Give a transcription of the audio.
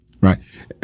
right